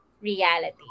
reality